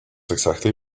exactly